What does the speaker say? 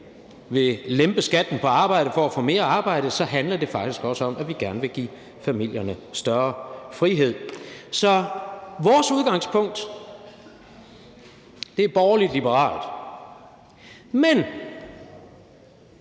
vil lempe skatten på arbejde for at få mere arbejde; så handler det faktisk også om, at vi gerne vil give familierne større frihed. Så vores udgangspunkt er borgerlig-liberalt. Men